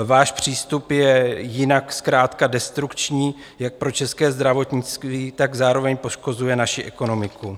Váš přístup je jinak zkrátka destrukční jak pro české zdravotnictví, tak zároveň poškozuje naši ekonomiku.